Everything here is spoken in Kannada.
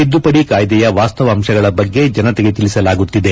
ತಿದ್ದುಪದಿ ಕಾಯ್ದೆಯ ವಾಸ್ತವಾಂಶಗಳ ಬಗ್ಗೆ ಜನತೆಗೆ ತಿಳಿಸಲಾಗುತ್ತಿದೆ